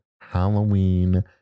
Halloween